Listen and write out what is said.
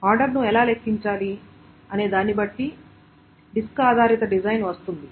ఆర్డర్ను ఎలా లెక్కించాలి అనే దాన్ని బట్టి డిస్క్ ఆధారిత డిజైన్ వస్తుంది